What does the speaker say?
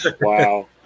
wow